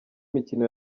imikino